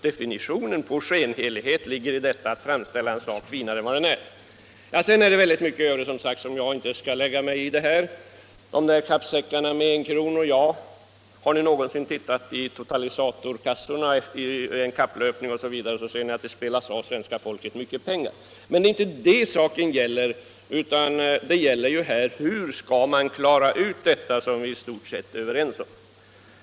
Definitionen på skenhelighet är just att man försöker framställa en sak finare än den är. Det har sagts mycket i debatten som jag inte skall gå närmare in på, t.ex. detta om kappsäckarna med enkronor. Låt mig bara fråga: Har ni någonsin tittat på totalisatorkassorna efter en hästkapplöpning? Dessa kassor och mycket annat visar att det finns många sätt att spela av svenska folket mycket pengar. Men vad saken nu gäller är hur vi skall kunna åstadkomma det som vi i stort sett är överens om.